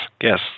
yes